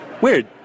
weird